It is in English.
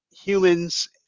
humans